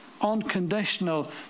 unconditional